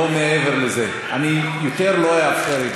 ואני יורד מהדוכן.